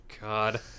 God